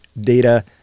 data